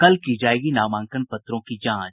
कल की जायेगी नामांकन पत्रों की जांच